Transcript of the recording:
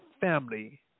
family